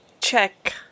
check